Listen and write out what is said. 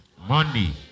Money